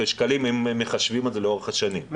שקלים אם מחשבים את זה לאורך השנים.